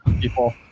people